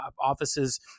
offices